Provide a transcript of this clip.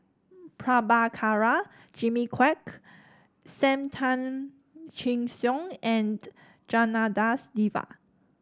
Prabhakara Jimmy Quek Sam Tan Chin Siong and Janadas Devan